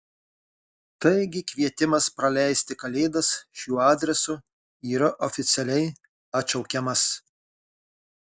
taigi kvietimas praleisti kalėdas šiuo adresu yra oficialiai atšaukiamas